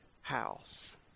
house